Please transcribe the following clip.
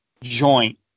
joint